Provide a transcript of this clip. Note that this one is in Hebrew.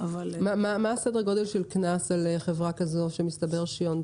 אבל צריך להבין, חוק הגנת